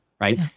right